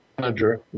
manager